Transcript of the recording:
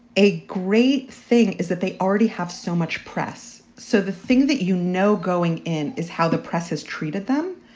a great thing is that they already have so much press. so the thing that, you know, going in is how the press has treated them.